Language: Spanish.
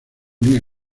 unía